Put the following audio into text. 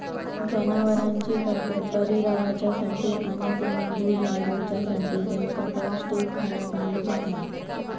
जनावरांची तब्येत बरी रवाच्यासाठी आणि तेनी दूध वाडवच्यासाठी तेंका पौष्टिक खाणा घालुक होया